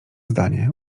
zdanie